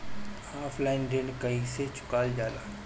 Offline ऋण कइसे चुकवाल जाला?